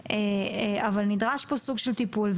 אבל נדרש פה סוג של טיפול.